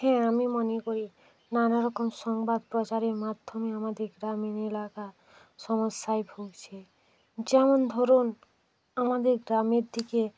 হ্যাঁ আমি মনে করি নানারকম সংবাদ প্রচারের মাধ্যমে আমাদের গ্রামীণ এলাকা সমস্যায় ভুগছে যেমন ধরুন আমাদের গ্রামের দিকে